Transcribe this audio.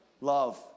Love